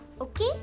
okay